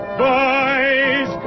boys